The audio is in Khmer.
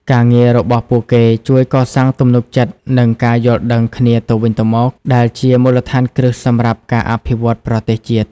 ការងាររបស់ពួកគេជួយកសាងទំនុកចិត្ត និងការយល់ដឹងគ្នាទៅវិញទៅមក ដែលជាមូលដ្ឋានគ្រឹះសម្រាប់ការអភិវឌ្ឍន៍ប្រទេសជាតិ។